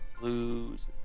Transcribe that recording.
blues